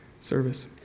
service